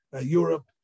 Europe